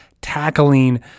tackling